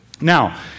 Now